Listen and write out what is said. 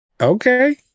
okay